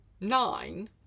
nine